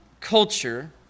culture